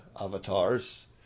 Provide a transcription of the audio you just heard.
avatars